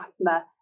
asthma